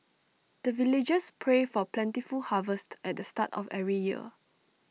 the villagers pray for plentiful harvest at start of every year